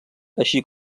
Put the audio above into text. així